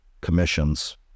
commissions